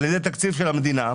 על ידי תקציב המדינה.